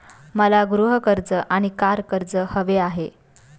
मला गृह कर्ज आणि कार कर्ज हवे आहे